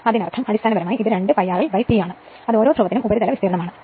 അതിനർത്ഥം അടിസ്ഥാനപരമായി ഇത് 2 π rl P ആണ് അത് ഓരോ ധ്രുവത്തിനും ഉപരിതല വിസ്തീർണ്ണമാണ്